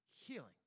healing